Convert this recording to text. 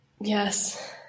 Yes